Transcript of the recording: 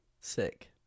sick